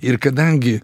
ir kadangi